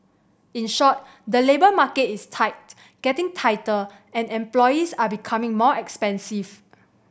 in short the labour market is tight getting tighter and employees are becoming more expensive